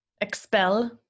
expel